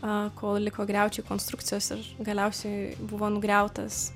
a kol liko griaučiai konstrukcijos ir galiausiai buvo nugriautas